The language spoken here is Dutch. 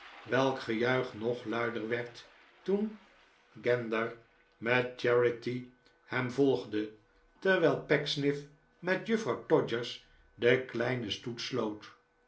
welk gejuich nog luider werd toen gander met charity hem volgde terwijl pecksniff met juffrouw todgers den kleinen stoet sloot